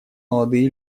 молодые